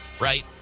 right